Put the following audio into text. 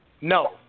No